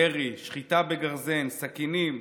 ירי, שחיטה בגרזן, סכינים,